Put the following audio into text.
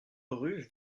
rue